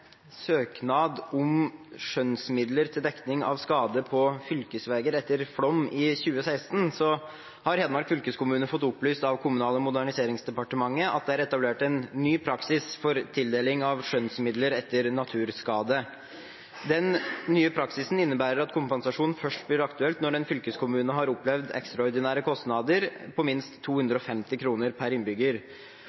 søknad om skjønnsmidler til dekning av skade på fylkesveger etter flom i 2016 har Hedmark fylkeskommune fått opplyst av Kommunal- og moderniseringsdepartementet at det er etablert en ny praksis for tildeling av skjønnsmidler etter naturskade. Den nye praksisen innebærer at kompensasjon først blir aktuelt når en fylkeskommune har opplevd ekstraordinære kostnader på minst